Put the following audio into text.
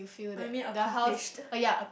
oh you mean accomplished